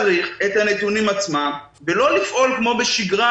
צריך את הנתונים עצמם ולא לפעול כמו בשגרה,